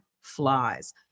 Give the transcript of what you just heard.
flies